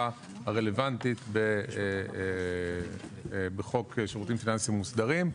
הרלוונטית בחוק שירותים פיננסיים מוסדרים,